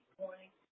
morning